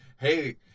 hey